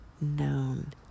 known